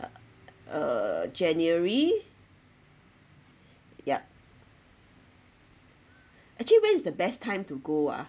uh uh january yup actually when is the best time to go ah